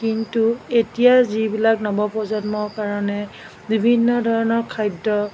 কিন্তু এতিয়া যিবিলাক নৱপ্ৰজন্মৰ কাৰণে বিভিন্ন ধৰণৰ খাদ্য